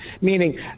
meaning